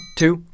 two